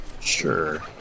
Sure